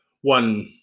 one